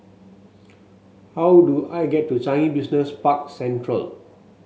how do I get to Changi Business Park Central